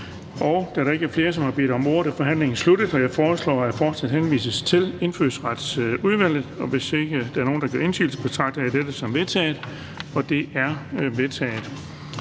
Da der ikke er flere, som har bedt om ordet, er forhandlingen sluttet. Jeg foreslår, at forslaget henvises til Indfødsretsudvalget. Hvis ikke der er nogen, der gør indsigelse, betragter jeg dette som vedtaget. Det er vedtaget.